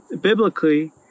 biblically